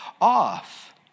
off